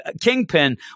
Kingpin